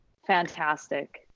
fantastic